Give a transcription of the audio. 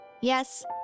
Yes